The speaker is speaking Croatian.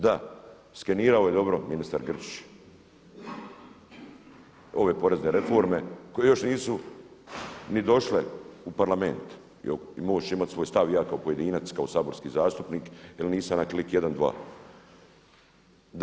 Da, skenirao je dobro ministar Grčić, ove porezne reforme koje još nisu ni došle u Parlament i MOST će imati svoj stav i ja kao pojedinac, kao saborski zastupnik jer nisam na klik jedan, dva.